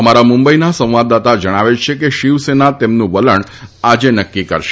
અમારા મુંબઇના સંવાદદાતા જણાવે છે કે શિવસેના તેમનું વલણ આજે નકકી કરશે